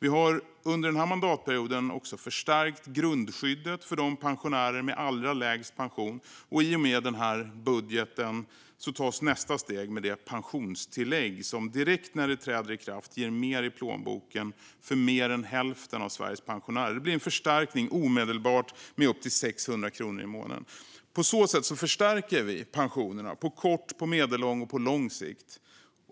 Vi har under den här mandatperioden också förstärkt grundskyddet för de pensionärer som har allra lägst pension, och i och med den här budgeten tas nästa steg i form av det pensionstillägg som direkt när det träder i kraft ger mer i plånboken för mer än hälften av Sveriges pensionärer. Det blir en omedelbar förstärkning med upp till 600 kronor i månaden. På så sätt förstärker vi pensionerna på kort, medellång och lång sikt.